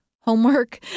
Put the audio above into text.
homework